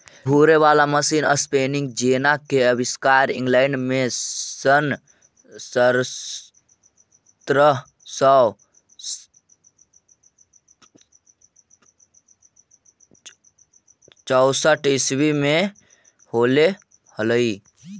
घूरे वाला मशीन स्पीनिंग जेना के आविष्कार इंग्लैंड में सन् सत्रह सौ चौसठ ईसवी में होले हलई